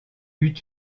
eut